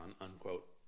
Unquote